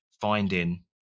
finding